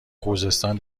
خوزستان